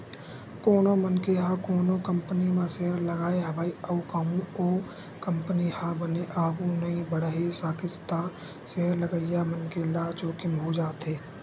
कोनो मनखे ह कोनो कंपनी म सेयर लगाय हवय अउ कहूँ ओ कंपनी ह बने आघु नइ बड़हे सकिस त सेयर लगइया मनखे ल जोखिम हो जाथे